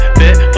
bitch